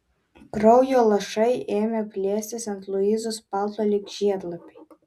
kraujo lašai ėmė plėstis ant luizos palto lyg žiedlapiai